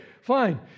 Fine